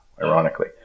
ironically